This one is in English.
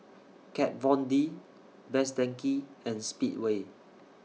Kat Von D Best Denki and Speedway